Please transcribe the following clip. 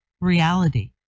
reality